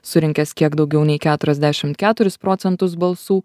surinkęs kiek daugiau nei keturiasdešim keturis procentus balsų